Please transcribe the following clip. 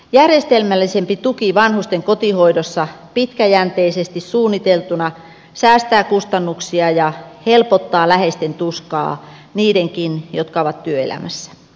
järjestelmällisempi tuki vanhusten kotihoidossa pitkäjänteisesti suunniteltuna säästää kustannuksia ja helpottaa läheisten tuskaa niidenkin jotka ovat työelämässä